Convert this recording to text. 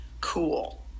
cool